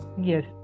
Yes